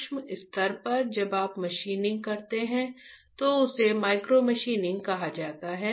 सूक्ष्म स्तर पर जब आप मशीनिंग करते हैं तो उसे माइक्रोमशीनिंग कहा जाता है